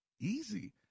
easy